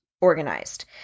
organized